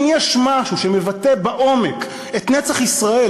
אם יש משהו שמבטא בעומק את נצח ישראל,